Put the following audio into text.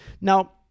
Now